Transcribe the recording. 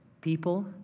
people